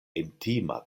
intima